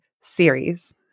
series